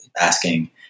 asking